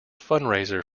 fundraiser